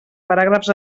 paràgrafs